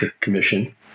commission